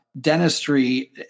dentistry